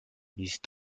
east